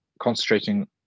concentrating –